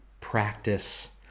practice